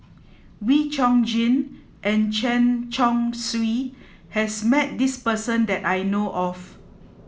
Wee Chong Jin and Chen Chong Swee has met this person that I know of